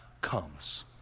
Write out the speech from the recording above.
comes